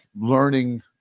learning